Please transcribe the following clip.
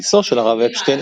גיסו של הרב אפשטיין,